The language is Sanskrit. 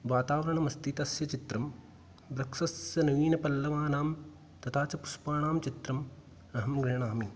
वातावरणमस्ति तस्य चित्रं वृक्षस्य नवीनपल्लवानां तथा च पुष्पाणां चित्रम् अहं गृह्णामि